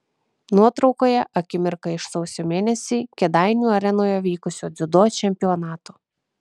nuotraukoje akimirka iš sausio mėnesį kėdainių arenoje vykusio dziudo čempionato